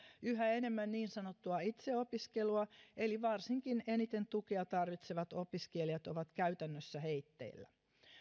yhä enemmän niin sanottua itseopiskelua eli varsinkin eniten tukea tarvitsevat opiskelijat ovat käytännössä heitteillä